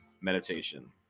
meditation